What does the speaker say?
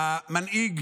המנהיג